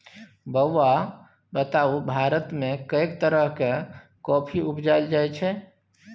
बौआ बताउ भारतमे कैक तरहक कॉफी उपजाएल जाइत छै?